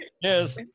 Yes